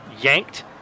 yanked